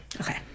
Okay